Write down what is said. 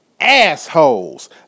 assholes